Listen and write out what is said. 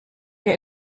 wir